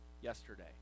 yesterday